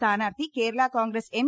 സ്ഥാനാർത്ഥി കേര ളകോൺഗ്രസ് എം